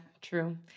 true